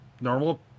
normal